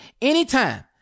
anytime